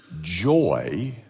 Joy